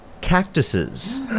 cactuses